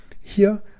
Hier